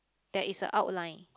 there is a outline